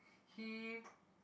he